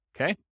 Okay